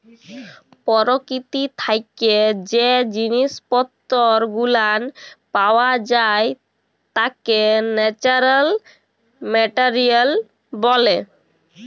পরকীতি থাইকে জ্যে জিনিস পত্তর গুলান পাওয়া যাই ত্যাকে ন্যাচারাল মেটারিয়াল ব্যলে